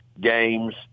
games